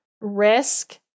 risk